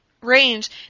range